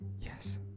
yes